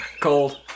Cold